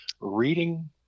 reading